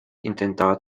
intentaba